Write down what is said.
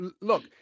look